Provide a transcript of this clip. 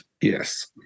Yes